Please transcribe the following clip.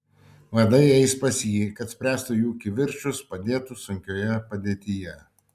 vadai eis pas jį kad spręstų jų kivirčus padėtų sunkioje padėtyje